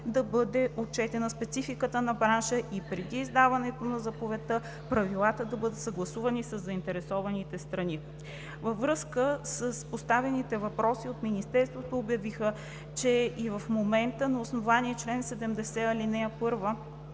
да бъде отчетена спецификата на бранша и преди издаването на заповедта правилата да бъдат съгласувани със заинтересованите страни. Във връзка с поставените въпроси от Министерството обясниха, че и в момента на основание чл. 70, ал 1